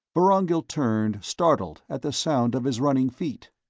vorongil turned, startled, at the sound of his running feet.